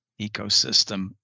ecosystem